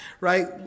right